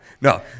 no